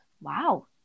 Wow